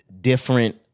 different